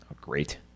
great